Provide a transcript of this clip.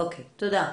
תודה.